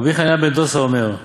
רבי חנינא בן דוסא אומר,